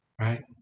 right